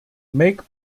make